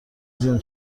جون